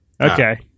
Okay